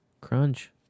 Crunch